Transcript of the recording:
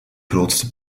grootste